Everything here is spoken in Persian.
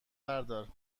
بردار